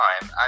time